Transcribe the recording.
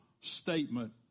statement